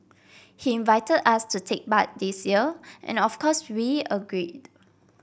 he invited us to take part this year and of course we agreed